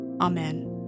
Amen